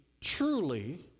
truly